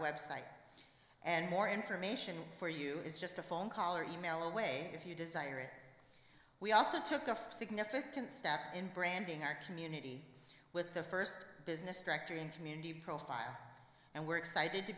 website and more information for you is just a phone call or email away if you desire it we also took a significant step in branding our community with the first business directory and community profile and we're excited to